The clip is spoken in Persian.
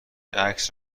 عکس